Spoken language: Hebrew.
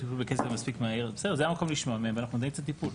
זה המקום לשמוע מהם ואנחנו נאיץ את הטיפול,